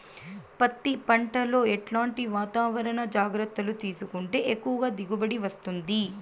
పత్తి పంట లో ఎట్లాంటి వాతావరణ జాగ్రత్తలు తీసుకుంటే ఎక్కువగా దిగుబడి వస్తుంది?